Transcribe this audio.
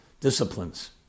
disciplines